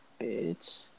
Bitch